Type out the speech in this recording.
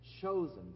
chosen